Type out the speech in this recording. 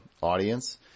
audience